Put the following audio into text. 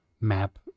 map